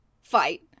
Fight